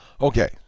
Okay